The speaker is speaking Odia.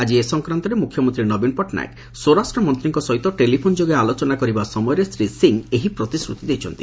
ଆକି ଏ ସଂକ୍ରାନ୍ତରେ ମୁଖ୍ୟମନ୍ତୀ ନବୀନ ପଟ୍ଟନାୟକ ସ୍ୱରାଷ୍ଟ୍ରମନ୍ତୀଙ୍କ ସହିତ ଟେଲିଫୋନ୍ ଯୋଗେ ଆଲୋଚନା କରିବା ସମୟରେ ଶ୍ରୀ ସିଂ ଏହି ପ୍ରତିଶ୍ରତି ଦେଇଛନ୍ତି